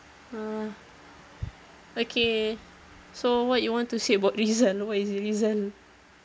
ah okay so what you want to say about rizal what is with rizal